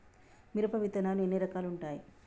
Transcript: మిరప విత్తనాలు ఎన్ని రకాలు ఉంటాయి?